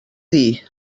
dir